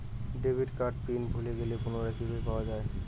Debit কার্ডের PIN ভুলে গেলে পুনরায় কিভাবে পাওয়া য়ায়?